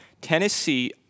Tennessee